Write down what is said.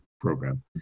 program